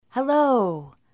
Hello